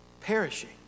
perishing